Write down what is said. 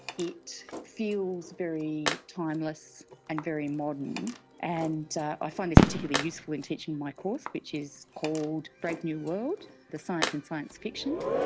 it feels very timeless and very modern and i find it's particularly useful in teaching my course which is called brave new world the science in science fiction.